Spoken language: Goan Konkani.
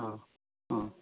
आं आं